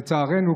לצערנו,